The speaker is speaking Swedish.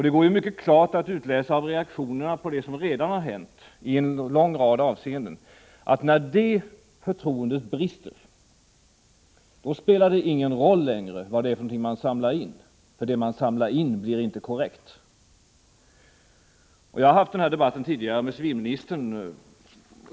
Det kan ju mycket klart utläsas av reaktionerna på vad som redan har hänt i en lång rad avseenden, att när det förtroendet brister, då spelar det inte längre någon roll vad det är man samlar in, för det man samlar in blir inte korrekt. Jag har haft den här debatten tidigare med civilministern.